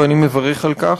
ואני מברך על כך.